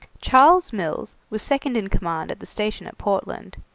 charles mills was second in command at the station at portland,